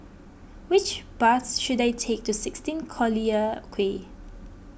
which bus should I take to sixteen Collyer Quay